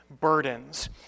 burdens